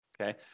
okay